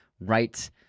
Right